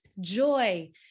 Joy